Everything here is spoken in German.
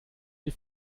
die